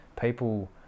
people